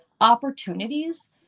opportunities